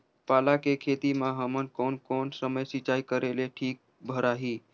पाला के खेती मां हमन कोन कोन समय सिंचाई करेले ठीक भराही?